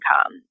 income